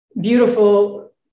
beautiful